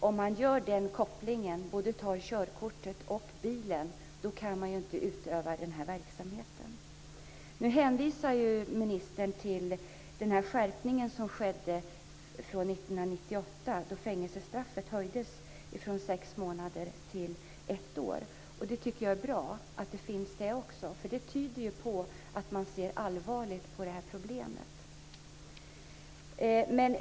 Om man både återkallar körkortet och beslagtar bilen, kan svartskjutsaren inte utöva sin verksamhet. Ministern hänvisar nu till den skärpning som skedde 1998, då fängelsestraffet höjdes från sex månader till ett år. Jag tycker att det är bra att den skärpningen gjordes. Den tyder på att man ser allvarligt på det här problemet.